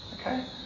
okay